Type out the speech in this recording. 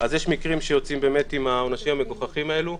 אז יש מקרים שיוצאים באמת עם העונשים המגוחכים האלה.